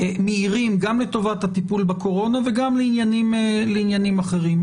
מהירים גם לטובת הטיפול בקורונה וגם לעניינים אחרים.